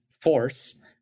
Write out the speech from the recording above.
force